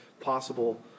possible